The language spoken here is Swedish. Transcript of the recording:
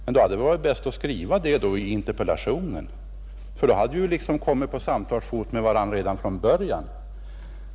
Men då hade det väl varit bäst att skriva det i interpellationen? Då hade vi kommit på samtalsfot med varandra redan från början.